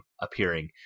appearing